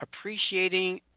appreciating